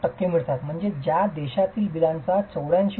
7 टक्के मिळतात म्हणजे या देशातील बिलांचा 84